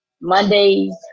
Mondays